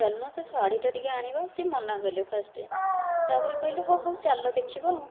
ଚାଲୁନ ସେ ଶାଢ଼ୀଟା ଟିକିଏ ଆଣିବା ସେ ମନା କଲେ ଫାଷ୍ଟ ତାପରେ କହିଲେ ହଉ ହଉ ଚାଲ ଦେଖିବା ଆଉ